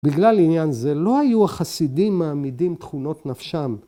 בגלל עניין זה לא היו החסידים מעמידים תכונות נפשם.